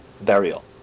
burial